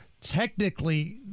technically